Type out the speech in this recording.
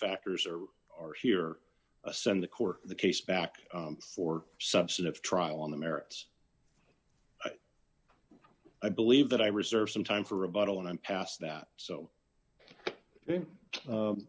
factors or are here a send the court the case back for substantive trial on the merits i believe that i reserve some time for a bottle and i'm past that so